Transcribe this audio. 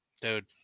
dude